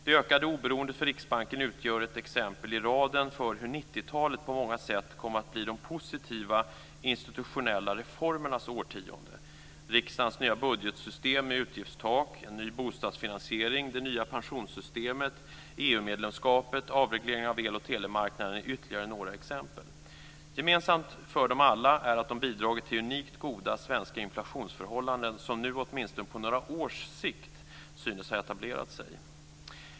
Det ökade oberoendet för Riksbanken utgör ett exempel i raden på hur 90-talet på många sätt kom att bli de positiva institutionella reformernas årtionde. Riksdagens nya budgetsystem med utgiftstak, en ny bostadsfinansiering, det nya pensionssystemet, EU-medlemskapet och avregleringen av el och telemarknaden är ytterligare några exempel. Gemensamt för dem alla är att de har bidragit till unikt goda svenska inflationsförhållanden som nu, åtminstone på några års sikt, synes ha etablerat sig.